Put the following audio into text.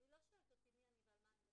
ליקויים מאוד